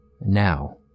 Now